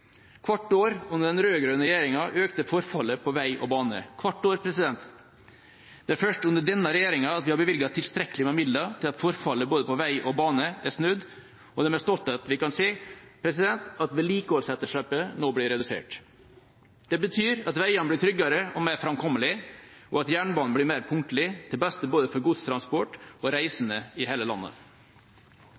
Hvert år under den rød-grønne regjeringa økte forfallet på vei og bane – hvert år. Det er først under denne regjeringa at vi har bevilget tilstrekkelig med midler til at forfallet både på vei og på bane er snudd, og det er med stolthet vi kan si at vedlikeholdsetterslepet nå blir redusert. Det betyr at veiene blir tryggere og mer framkommelige, og at jernbanen blir mer punktlig – til beste både for godstransport og for reisende i hele landet.